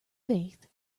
faith